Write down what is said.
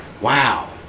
wow